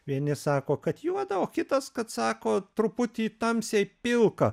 vieni sako kad juoda o kitas kad sako truputį tamsiai pilka